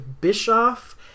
Bischoff